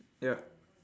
ya